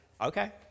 okay